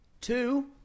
Two